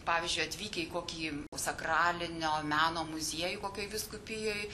pavyzdžiui atvykę į kokį sakralinio meno muziejų kokioj vyskupijoj